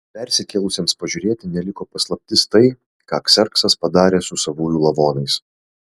persikėlusiems pažiūrėti neliko paslaptis tai ką kserksas padarė su savųjų lavonais